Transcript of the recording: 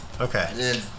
okay